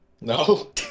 No